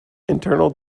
internal